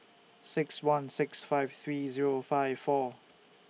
six one six five three Zero five four